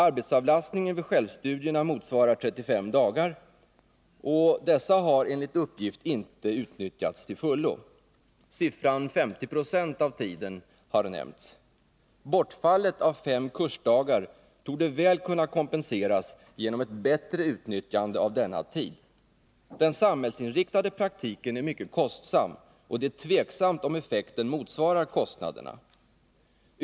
Arbetsavlastningen vid självstudierna motsvarar 35 dagar, och dessa har enligt uppgift inte utnyttjats till fullo. Siffran 50 96 av tiden har nämnts. Bortfallet av fem kursdagar torde väl kunna kompenseras genom ett bättre utnyttjande av denna tid. Den samhällsinriktade praktiken är mycket kostsam, och det är tveksamt om effekten motsvarar kostnaderna.